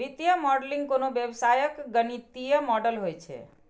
वित्तीय मॉडलिंग कोनो व्यवसायक गणितीय मॉडल होइ छै